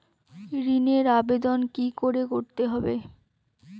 ঋণের আবেদন কি করে করতে হয়?